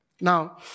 Now